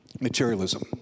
Materialism